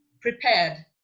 prepared